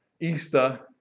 Easter